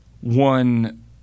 one